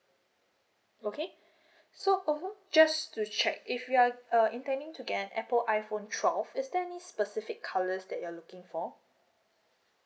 okay so mm hmm just to check if you are uh intending to get an apple iphone twelve is there any specific colours that you're looking for